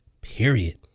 period